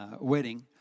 wedding